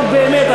נו באמת,